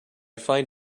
find